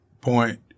point